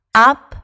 up